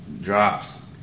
drops